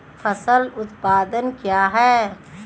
फसल उत्पादन क्या है?